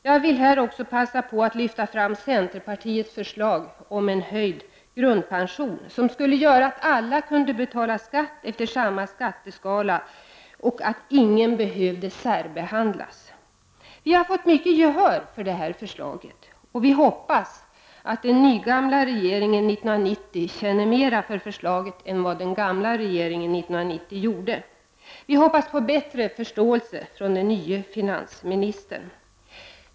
Jag vill här också passa på att lyfta fram centerpartiets förslag om en höjd grundpension, som skulle göra att alla kunde betala skatt efter samma skatteskala och att ingen behövde särbehandlas. Vi har fått fint gehör för det förslaget, och vi hoppas att den nygamla regeringen 1990 känner mera för förslaget än vad den gamla regeringen 1990 gjorde. Vi hoppas på bättre förståelse från den nye finansministern.